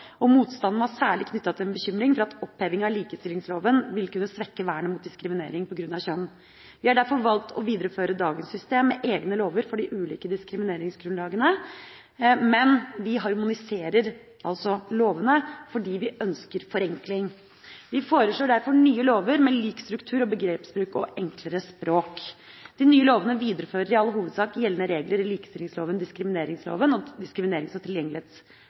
og motstanden var særlig knyttet til en bekymring for at oppheving av likestillingsloven ville kunne svekke vernet mot diskriminering på grunn av kjønn. Vi har derfor valgt å videreføre dagens system med egne lover for de ulike diskrimineringsgrunnlagene, men vi harmoniserer altså lovene fordi vi ønsker forenkling. Vi foreslår derfor nye lover med lik struktur og begrepsbruk og enklere språk. De nye lovene viderefører i all hovedsak gjeldende regler i likestillingsloven, diskrimineringsloven og diskriminerings- og